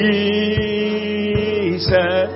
Jesus